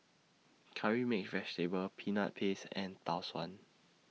Curry Mixed Vegetable Peanut Paste and Tau Suan